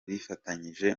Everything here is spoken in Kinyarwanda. bifatanyije